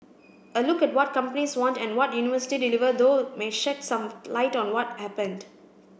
a look at what companies want and what university deliver though may shed some light on what happened